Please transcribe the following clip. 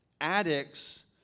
Addicts